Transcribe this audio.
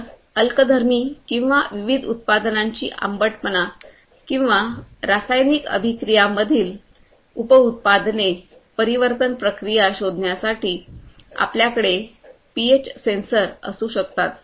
तरअल्कधर्मी किंवा विविध उत्पादनांची आंबटपणा किंवा रासायनिक अभिक्रियामधील उप उत्पादनेपरिवर्तन प्रक्रिया शोधण्यासाठी आपल्याकडे पीएच सेन्सर असू शकतात